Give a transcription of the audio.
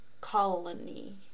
colony